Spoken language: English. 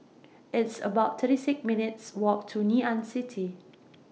It's about thirty six minutes' Walk to Ngee Ann City